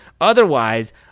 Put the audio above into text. Otherwise